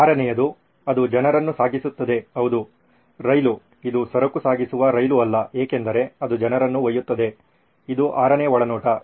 ಆರನೆಯದು ಅದು ಜನರನ್ನು ಸಾಗಿಸುತ್ತದೆ ಹೌದು ರೈಲು ಇದು ಸರಕು ಸಾಗಿಸುವ ರೈಲು ಅಲ್ಲ ಏಕೆಂದರೆ ಅದು ಜನರನ್ನು ಒಯ್ಯುತ್ತದೆ ಇದು ಆರನೇ ಒಳನೋಟ